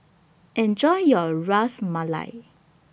Enjoy your Ras Malai